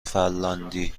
فنلاندی